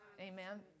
Amen